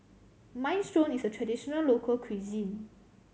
minestrone is a traditional local cuisine